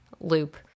loop